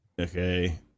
okay